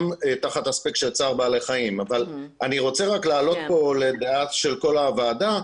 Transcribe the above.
תחת אספקט של צער בעלי חיים אבל אני רוצה להעלות פה ל- -- של כל הוועדה,